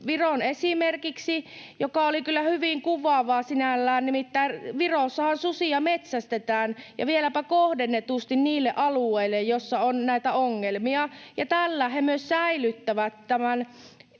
Viron esimerkiksi, mikä oli kyllä hyvin kuvaavaa sinällään, nimittäin Virossahan susia metsästetään ja vieläpä kohdennetusti niillä alueilla, missä on näitä ongelmia, ja tällä he myös säilyttävät tämän